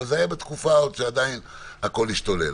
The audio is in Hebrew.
אבל זה היה בתקופה שהכול השתולל.